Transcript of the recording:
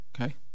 okay